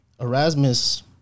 Erasmus